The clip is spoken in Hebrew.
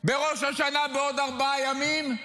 בראש השנה, בעוד ארבעה ימים,